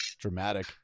Dramatic